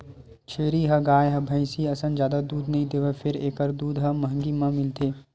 छेरी ह गाय, भइसी असन जादा दूद नइ देवय फेर एखर दूद ह महंगी म मिलथे